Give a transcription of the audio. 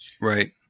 Right